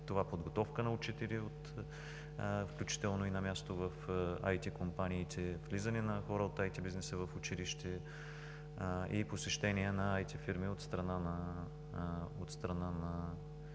това – подготовка на учители, включително и на място в ИТ компаниите, влизане на хора от ИТ бизнеса в училище и посещения на ИТ фирми от страна на